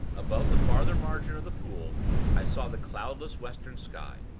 above the farther margin of the pool i saw the cloudless western sky,